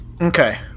Okay